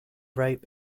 rape